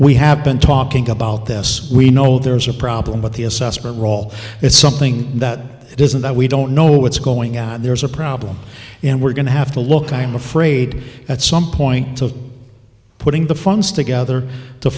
we have been talking about this we know there's a problem but the assessment roll is something that isn't that we don't know what's going out there is a problem and we're going to have to look i'm afraid at some point to putting the funds together to